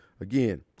again